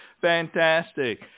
Fantastic